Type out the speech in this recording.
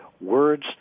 words